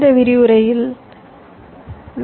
இந்த விரிவுரையில் வி